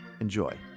Enjoy